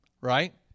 Right